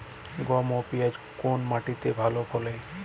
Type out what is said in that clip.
গম এবং পিয়াজ কোন মাটি তে ভালো ফলে?